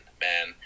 man